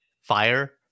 fire